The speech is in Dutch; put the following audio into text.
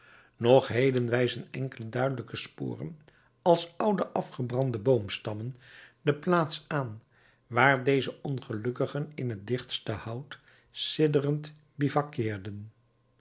nog heden wijzen enkele duidelijke sporen als oude afgebrande boomstammen de plaats aan waar deze ongelukkigen in het dichtste hout